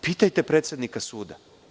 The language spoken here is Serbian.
Pitajte predsednika suda.